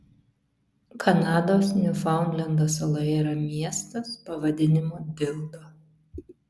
kanados niufaundlendo saloje yra miestas pavadinimu dildo